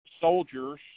soldiers